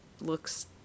looks